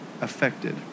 affected